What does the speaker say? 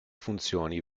funzioni